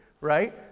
right